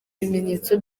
ibimenyetso